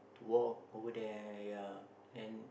walk over there ya and